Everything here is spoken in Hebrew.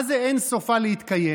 מה זה אין סופה להתקיים?